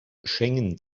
schengen